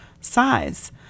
size